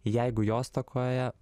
jeigu jos stokoja